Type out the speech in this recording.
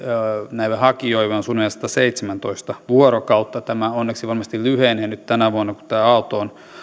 näille hakijoille on suunnilleen sataseitsemäntoista vuorokautta tämä onneksi varmasti lyhenee nyt tänä vuonna kun tämä aalto